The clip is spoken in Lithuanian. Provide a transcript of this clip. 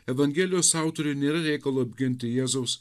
evangelijos autoriui nėra reikalo apginti jėzaus